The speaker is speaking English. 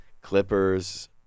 Clippers